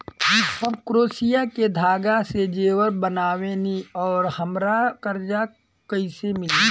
हम क्रोशिया के धागा से जेवर बनावेनी और हमरा कर्जा कइसे मिली?